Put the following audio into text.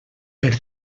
per